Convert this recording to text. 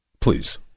Please